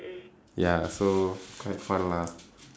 ya so quite fun lah